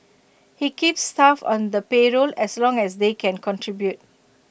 he keeps staff on the payroll as long as they can contribute